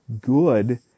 good